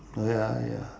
uh ya ya